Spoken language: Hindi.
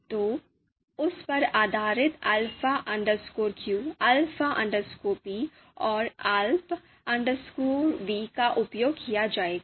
तो उस पर आधारित Alpha q alp p और alp v का उपयोग किया जाएगा